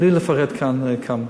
בלי לפרט כאן כמה.